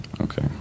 Okay